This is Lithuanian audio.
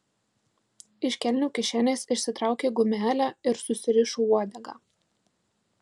iš kelnių kišenės išsitraukė gumelę ir susirišo uodegą